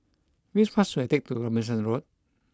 which bus should I take to Robinson Road